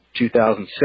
2006